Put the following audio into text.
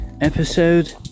Episode